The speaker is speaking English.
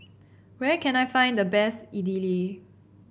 where can I find the best Idili